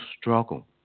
struggle